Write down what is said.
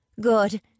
Good